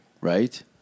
Right